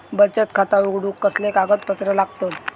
बचत खाता उघडूक कसले कागदपत्र लागतत?